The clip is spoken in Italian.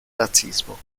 nazismo